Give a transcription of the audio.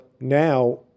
now